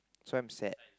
so I'm sad